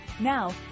Now